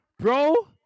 Bro